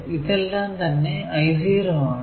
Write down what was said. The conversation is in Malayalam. ഇതെല്ലാം തന്നെ I0 ആണ്